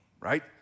right